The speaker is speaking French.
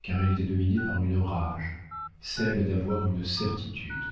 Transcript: car elle était dominée par une rage celle d'avoir une certitude